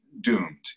doomed